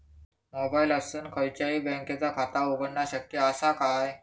मोबाईलातसून खयच्याई बँकेचा खाता उघडणा शक्य असा काय?